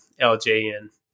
LJN